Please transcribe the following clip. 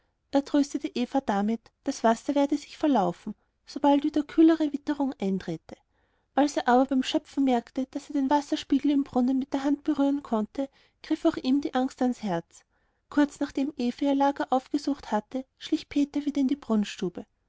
er tröstete eva damit das wasser werde sich verlaufen sobald wieder kühlere witterung eintrete als er aber beim schöpfen merkte daß er den wasserspiegel im brunnen mit der hand berühren konnte griff auch ihm die angst ans herz kurz nachdem eva ihr lager aufgesucht hatte schlich peter wieder in die